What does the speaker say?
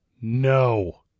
No